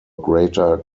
greater